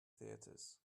theatres